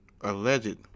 alleged